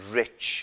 rich